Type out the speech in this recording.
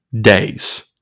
Days